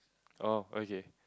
oh okay